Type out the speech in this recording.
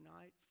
night